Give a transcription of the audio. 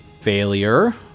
failure